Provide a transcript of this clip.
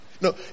No